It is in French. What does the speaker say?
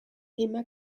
emma